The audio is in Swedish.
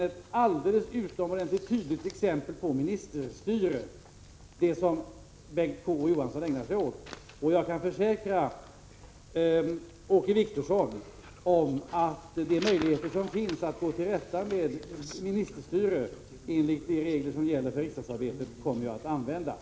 Å. Johansson ägnade sig åt som något annat än ett alldeles utomordentligt tydligt exempel på ministerstyrelse, och jag kan försäkra Åke Wictorsson att de möjligheter som enligt reglerna för riksdagsarbetet finns för att gå till rätta med ministerstyrelse också kommer att användas.